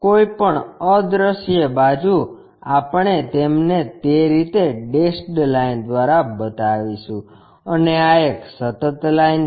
કોઈપણ અદ્રશ્ય બાજુ આપણે તેમને તે રીતે ડેશ્ડ લાઈન દ્વારા બતાવીશું અને આ એક સતત લાઇન છે